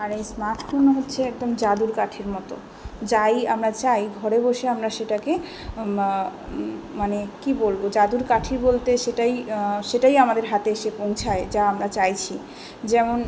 আর এই স্মার্টফোন হচ্ছে একদম জাদুর কাঠির মতো যাই আমরা চাই ঘরে বসে আমরা সেটাকে মানে কী বলবো জাদুর কাঠি বলতে সেটাই আমাদের হাতে এসে পৌঁছায় যা আমরা চাইছি যেমন